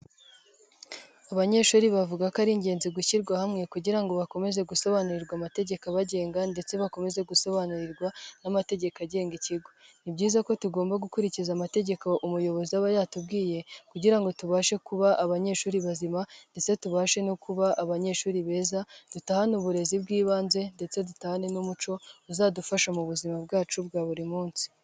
Abanyeshuri bavuga ko ari ingenzi gushyirwa hamwe kugira ngo bakomeze gusobanurirwa amategeko abagenga ndetse bakomeze gusobanurirwa n'amategeko agenga ikigo. Ni byiza ko tugomba gukurikiza amategeko umuyobozi aba yatubwiye kugira ngo tubashe kuba abanyeshuri bazima ndetse tubashe no kuba abanyeshuri beza, dutahane uburezi bw'ibanze ndetse dutahane n'umuco uzadufasha mu buzima bwacu bwa buri munsi.